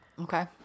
Okay